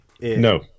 No